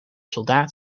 soldaat